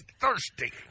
thirsty